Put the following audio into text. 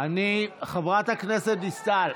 חברת הכנסת דיסטל.